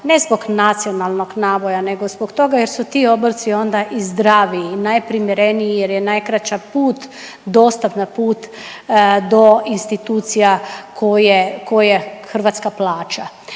ne zbog nacionalnog naboja nego zbog toga jer su ti obroci onda i zdraviji i najprimjereniji jer je najkraća put, dostatna put do institucija koje Hrvatska plaća.